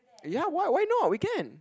ya why why not we can